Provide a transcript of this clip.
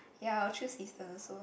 ya I will choose eastern also